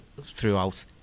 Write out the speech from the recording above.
throughout